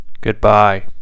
Goodbye